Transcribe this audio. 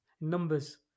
Numbers